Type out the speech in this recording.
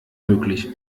möglich